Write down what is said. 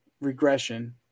regression